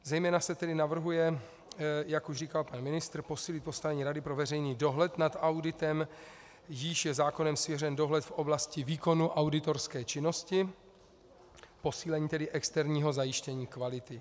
Zejména se tedy navrhuje, jak už říkal pan ministr, posílit postavení Rady pro veřejný dohled nad auditem, jíž je zákonem svěřen dohled v oblasti výkonu auditorské činnosti, tedy posílení externího zajištění kvality.